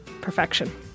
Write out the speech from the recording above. perfection